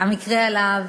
המקרה שעליו